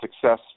success